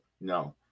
no